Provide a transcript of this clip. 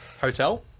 hotel